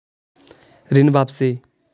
ऋण वापसी?